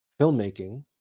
filmmaking